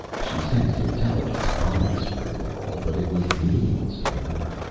she sensed intelligence behind this rigmarole, but it was meaningless to her.